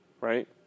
right